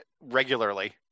regularly